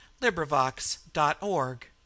LibriVox.org